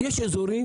יש אזורים